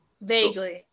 Vaguely